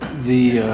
the